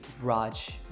Raj